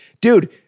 dude